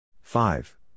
Five